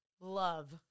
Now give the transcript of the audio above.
love